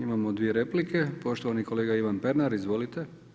Imamo dvije replike, poštovani kolega Ivan Pernar, izvolite.